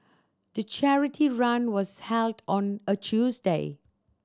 the charity run was held on a Tuesday